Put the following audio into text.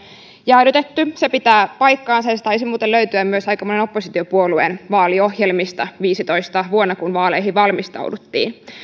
jäädytetty se pitää paikkansa ja se taisi muuten löytyä myös aika monen oppositiopuolueen vaaliohjelmasta vuonna viisitoista kun vaaleihin valmistauduttiin